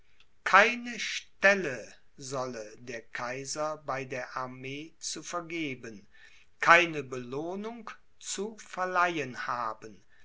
keine stelle solle der kaiser bei der armee zu vergeben keine belohnung zu verleihen haben